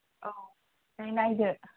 औ नै नायदो